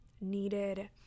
needed